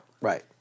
Right